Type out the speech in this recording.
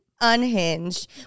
Unhinged